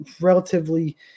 relatively –